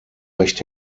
recht